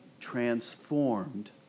transformed